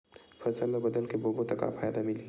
फसल ल बदल के बोबो त फ़ायदा मिलही?